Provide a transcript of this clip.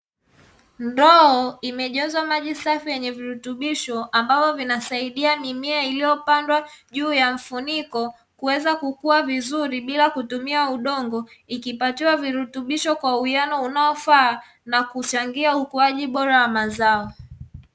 Ndoo imejazwa maji safi yenye virutubisho, ambavyo vinasaidia mimea iliyopandwa juu ya mfuniko kuweza kukua vizuri bila kutumia udongo, ikipatiwa virutubisho kwa uwiano unaofaa na kuchangia ukuaji bora wa mazao.